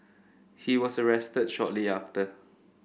he was arrested shortly after